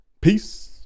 Peace